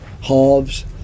halves